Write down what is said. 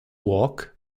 walk